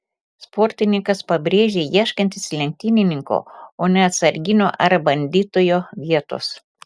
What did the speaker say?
sportininkas pabrėžė ieškantis lenktynininko o ne atsarginio ar bandytojo vietos